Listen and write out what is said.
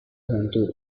juventud